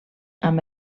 amb